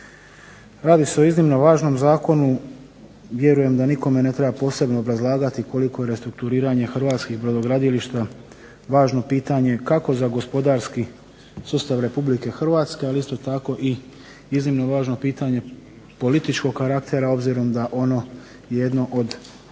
Radi se o iznimno važnom zakonu. Vjerujem da nikome ne treba posebno obrazlagati koliko je restrukturiranje hrvatskih brodogradilišta važno pitanje kako za gospodarski sustav Republike Hrvatske, ali isto tako i iznimno važno pitanje političkog karaktera obzirom da ono jedno od